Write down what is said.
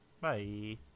Bye